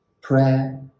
Prayer